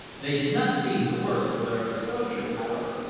they did not seem the worse for their exposure, however,